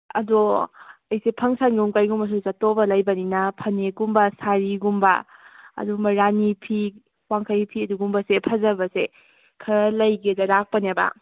ꯑꯗꯣ ꯑꯩꯁꯤ ꯐꯪꯁꯟꯒꯨꯝ ꯀꯩꯒꯨꯝꯕꯁꯨ ꯆꯠꯇꯧꯕ ꯂꯩꯕꯅꯤꯅ ꯐꯅꯦꯛꯀꯨꯝꯕ ꯁꯥꯔꯤꯒꯨꯝꯕ ꯑꯗꯨꯝꯕ ꯔꯥꯅꯤ ꯐꯤ ꯋꯥꯡꯈꯩ ꯐꯤ ꯑꯗꯨꯒꯨꯝꯕꯁꯦ ꯐꯖꯕꯁꯦ ꯈꯔ ꯂꯩꯒꯦꯗꯅ ꯂꯥꯛꯄꯅꯦꯕ